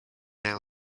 our